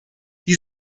die